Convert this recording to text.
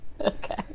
Okay